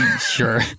Sure